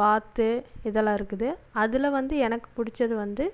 வாத்து இதெல்லாம் இருக்குது அதில் வந்து எனக்கு பிடிச்சது வந்து